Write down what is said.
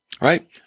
right